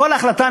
כל ההחלטה,